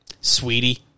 sweetie